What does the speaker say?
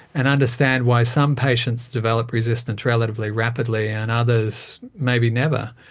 and understand why some patients develop resistance relatively rapidly and others maybe never,